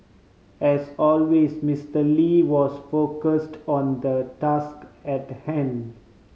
as always Mister Lee was focused on the task at hand